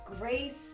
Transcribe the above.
grace